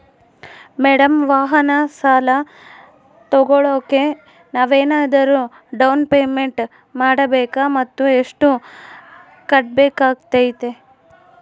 Madam ವಾಹನ ಸಾಲ ತೋಗೊಳೋಕೆ ನಾವೇನಾದರೂ ಡೌನ್ ಪೇಮೆಂಟ್ ಮಾಡಬೇಕಾ ಮತ್ತು ಎಷ್ಟು ಕಟ್ಬೇಕಾಗ್ತೈತೆ?